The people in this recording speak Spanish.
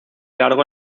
largo